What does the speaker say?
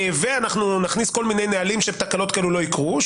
ואנחנו נכניס כל מיני נהלים שתקלות כאלה לא יקרו.